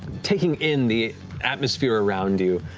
taking in the atmosphere around you.